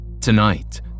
Tonight